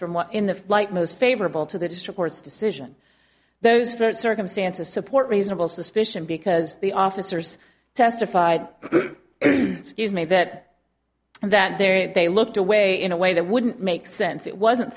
from what in the light most favorable to the district court's decision those for circumstances support reasonable suspicion because the officers testified that that there they looked away in a way that wouldn't make sense it wasn't